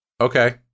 Okay